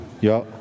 Ja